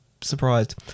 surprised